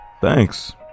Thanks